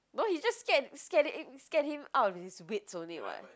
no he just scared scaring him scared him out of his wits only [what]